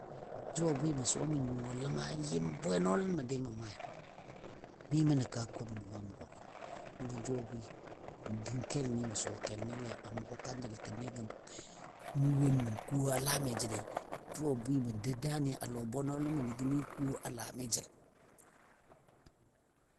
Jʊ a bwɨ mə suwa mən nyuwa ləma yɨm bwenɔlən məndi mə maali mi mə nə kaa komən wo a mʊgɔ gən nəngɔ jʊ a bwɨ mə dəng kelni mə suwa kelnile a mʊgɔ kanjəltini gəm nuwon mə ko a laami jəli, jʊ a bwɨ mə dou daani a lɔ bwenɔlɨ məndi gəmi n ko a lami jəl.